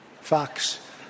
Fox